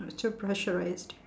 too pressurised